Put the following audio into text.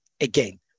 Again